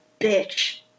bitch